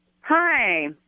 hi